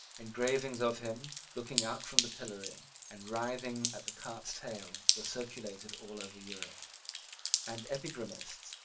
engravings of him, looking out from the pillory, and writhing at the cart's tail, were circulated all over europe and epigrammatists,